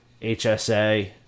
HSA